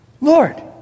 Lord